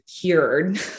cured